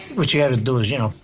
which he had to do as, you know,